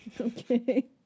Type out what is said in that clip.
Okay